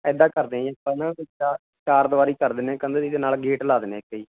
ਇੱਦਾਂ ਕਰਦੇ ਜੀ ਆਪਾਂ ਨਾ ਚਾ ਚਾਰ ਦਵਾਰੀ ਕਰ ਦਿੰਦੇ ਕੰਧ ਦੀ ਅਤੇ ਨਾਲ ਗੇਟ ਲਾ ਦਿੰਦੇ ਇੱਥੇ ਜੀ